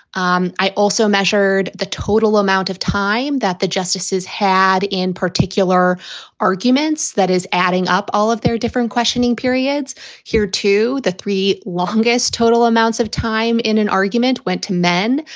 um i also measured the total amount of time that the justices had in particular arguments that is adding up all of their different questioning periods here to the three longest, total amounts of time in an argument went to men.